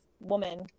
woman